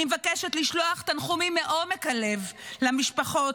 אני מבקשת לשלוח תנחומים מעומק הלב למשפחות,